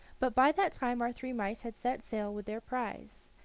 but by that time our three mice had set sail with their prize.